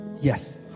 yes